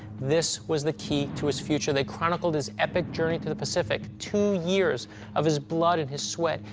this was the key to his future. they chronicled his epic journey to the pacific. two years of his blood and his sweat.